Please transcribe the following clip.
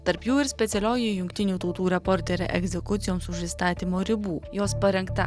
tarp jų ir specialioji jungtinių tautų reporterė egzekucijoms už įstatymo ribų jos parengta